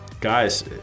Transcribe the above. guys